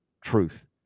truth